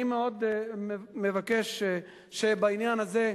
אני מאוד מבקש שבעניין הזה,